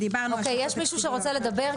אוקי, יש מישהו שרוצה לדבר?